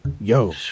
yo